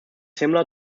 similar